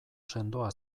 sendoa